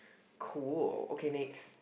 cool okay next